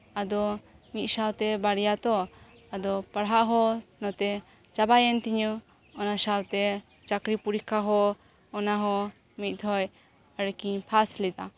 ᱟᱫᱚ ᱢᱤᱫ ᱥᱟᱶᱛᱮ ᱵᱟᱨᱭᱟ ᱛᱚ ᱟᱫᱚ ᱯᱟᱲᱦᱟᱜ ᱦᱚ ᱚᱱᱟᱛᱮ ᱪᱟᱵᱟᱭᱮᱱ ᱛᱤᱧᱟᱹ ᱚᱱᱟ ᱥᱟᱶᱛᱮ ᱪᱟᱹᱠᱨᱤ ᱯᱚᱨᱤᱠᱠᱷᱟ ᱦᱚ ᱚᱱᱟᱦᱚ ᱢᱤᱫᱽᱫᱷᱟᱣ ᱟᱨᱠᱤᱧ ᱯᱟᱥᱞᱮᱫᱟ